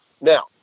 Now